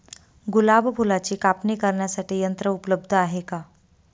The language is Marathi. गुलाब फुलाची कापणी करण्यासाठी यंत्र उपलब्ध आहे का?